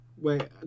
Wait